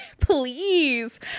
please